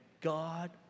God